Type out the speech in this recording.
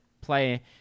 play